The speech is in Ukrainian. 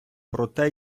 проте